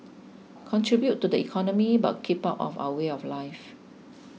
contribute to the economy but keep out of our way of life